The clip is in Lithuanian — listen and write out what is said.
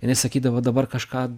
jinai sakydavo dabar kažką